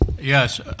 Yes